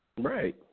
Right